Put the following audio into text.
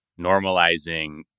normalizing